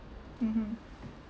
mmhmm